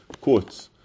quotes